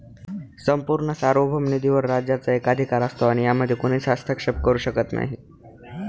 संपूर्ण सार्वभौम निधीवर राज्याचा एकाधिकार असतो आणि यामध्ये कोणीच हस्तक्षेप करू शकत नाही